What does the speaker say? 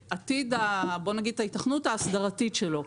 ההיתכנות ההסדרתית שלו.